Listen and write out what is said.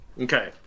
Okay